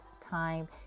time